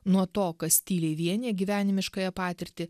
nuo to kas tyliai vienija gyvenimiškąją patirtį